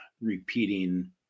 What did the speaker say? repeating